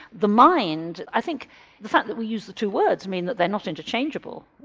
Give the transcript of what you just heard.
the mind i think the fact that we use the two words means that they're not interchangeable,